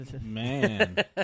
Man